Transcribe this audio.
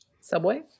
subway